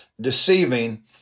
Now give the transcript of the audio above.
deceiving